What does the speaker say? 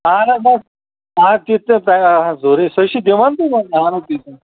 اَہَن حظ بَس چھِ تیار حظ سُہ چھُ ضروٗری سُہ چھِ دِوان تہٕ وۅنۍ کھارو ییٚتی